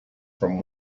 from